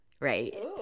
right